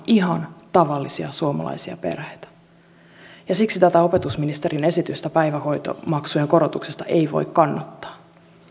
ihan tavallisia suomalaisia perheitä ja siksi tätä opetusministerin esitystä päivähoitomaksujen korotuksesta ei voi kannattaa